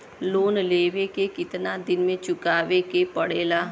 Loan लेवे के कितना दिन मे चुकावे के पड़ेला?